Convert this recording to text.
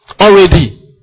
Already